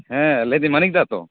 ᱦᱮᱸ ᱞᱟᱹᱭᱮᱫᱟᱹᱧ ᱢᱟᱱᱤᱠ ᱫᱟ ᱛᱳ